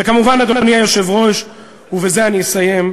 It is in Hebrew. כמובן, אדוני היושב-ראש, ובזה אני אסיים,